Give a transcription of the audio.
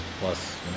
Plus